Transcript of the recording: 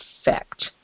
effect